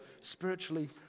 spiritually